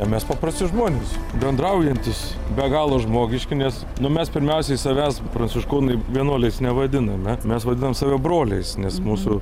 mes paprasti žmonės bendraujantys be galo žmogiški nes nu mes pirmiausiai savęs pranciškonai vienuoliais nevadiname mes vadinam savo broliais nes mūsų